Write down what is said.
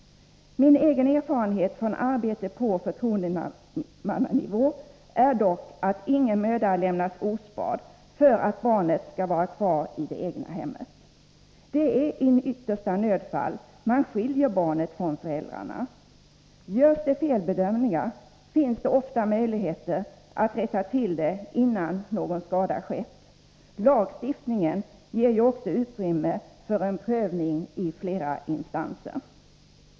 Min egen erfarenhet från arbete på förtroendemannanivå är dock att ingen möda lämnas ospard för att barnet skall kunna vara kvar i det egna hemmet. Det är i yttersta nödfall som man skiljer barnet från föräldrarna. Görs det felbedömningar finns det ofta möjligheter att rätta till dem innan någon skada har skett. Lagstiftningen ger ju också utrymme för en prövning i flera instanser.